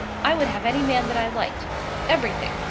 i would have any man that i liked everything.